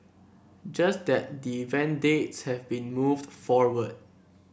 just that the event dates have been moved forward